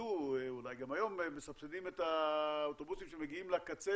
סבסדו ואולי גם היום מסבסדים את האוטובוסים שמגיעים לקצה,